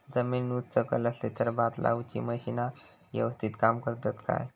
जमीन उच सकल असली तर भात लाऊची मशीना यवस्तीत काम करतत काय?